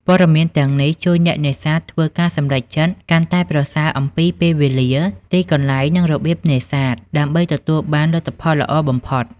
ព័ត៌មានទាំងនេះជួយអ្នកនេសាទធ្វើការសម្រេចចិត្តកាន់តែប្រសើរអំពីពេលវេលា ទីកន្លែង និងរបៀបនេសាទ ដើម្បីទទួលបានលទ្ធផលល្អបំផុត។